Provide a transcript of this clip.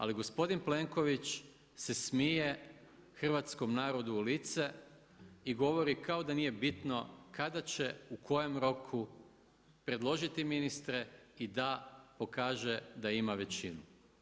Ali gospodin Plenković se smije hrvatskom narodu u lice i govori kao da nije bitno kada će, u kojem, roku predložiti ministre i da pokaže da ima većinu.